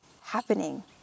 happening